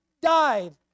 died